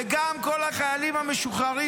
וגם כל החיילים המשוחררים,